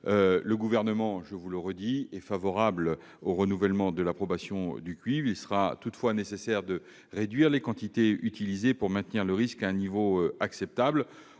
Le Gouvernement, je le répète, est favorable au renouvellement de l'approbation du cuivre. Il sera toutefois nécessaire de réduire les quantités utilisées pour maintenir le risque à un niveau acceptable.